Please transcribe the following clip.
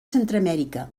centreamèrica